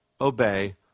obey